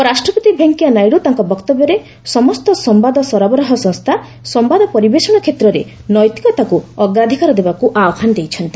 ଉପରାଷ୍ଟପତି ଭେଙ୍କିୟାନାଇଡ଼ ତାଙ୍କ ବକ୍ତବ୍ୟରେ ସମସ୍ତ ସମ୍ବାଦ ସରବରାହ ସଂସ୍ଥା ସମ୍ବାଦ ପରିବେଷଣ କ୍ଷେତ୍ରରେ ନୈତିକତାକୁ ଅଗ୍ରାଧିକାର ଦେବାକୁ ଆହ୍ପାନ ଦେଇଛନ୍ତି